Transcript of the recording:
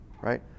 right